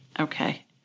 Okay